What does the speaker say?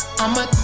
I'ma